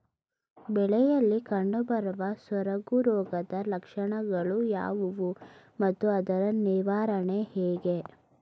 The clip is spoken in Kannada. ಬೆಳೆಯಲ್ಲಿ ಕಂಡುಬರುವ ಸೊರಗು ರೋಗದ ಲಕ್ಷಣಗಳು ಯಾವುವು ಮತ್ತು ಅದರ ನಿವಾರಣೆ ಹೇಗೆ?